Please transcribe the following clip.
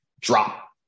Drop